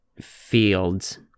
Fields